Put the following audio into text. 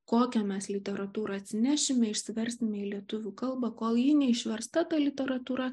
kokią mes literatūrą atsinešime išsiversime į lietuvių kalba kol ji neišversta ta literatūra